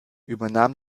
übernahm